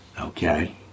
okay